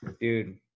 Dude